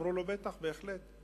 אמרו לו: בטח, בהחלט.